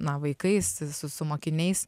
na vaikais su su mokiniais